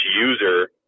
user